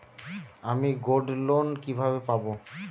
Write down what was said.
আমি গোল্ডলোন কিভাবে পাব?